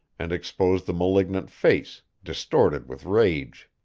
and exposed the malignant face, distorted with rage.